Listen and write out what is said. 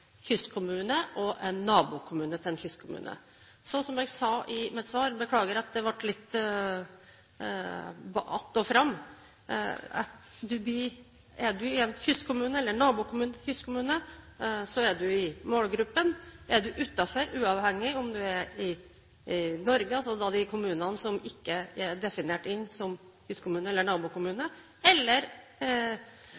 kystkommune og en nabokommune til en kystkommune. Så som jeg sa i mitt svar – beklager at det ble litt att og fram: Er man i en kystkommune eller nabokommune til en kystkommune, er man i målgruppen. Er man utenfor, uavhengig av om man er i Norge, altså i de kommunene som ikke er definert som kystkommuner eller